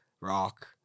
rock